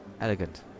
Elegant